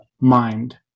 mind